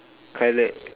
colored